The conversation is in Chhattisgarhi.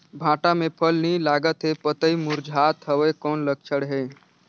भांटा मे फल नी लागत हे पतई मुरझात हवय कौन लक्षण हे?